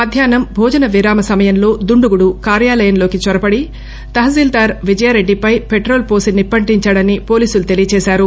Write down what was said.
మధ్యాహ్నం భోజన విరామ సమయంలో దుండగుడు కార్యాలయంలోకి చొరబడి తహసీల్దార్ విజయారెడ్డిపై పెట్రోల్ పోసి నిప్పంటించాడని పోలీసులు తెలియజేశారు